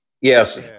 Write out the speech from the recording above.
Yes